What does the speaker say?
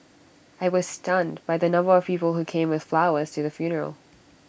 I was stunned by the number of people who came with flowers to the funeral